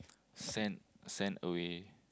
sent sent away